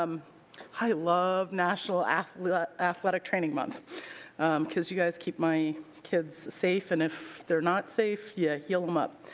um i love national athletic athletic training month because you guys keep my kids safe and if they are not safe, you yeah heal them up.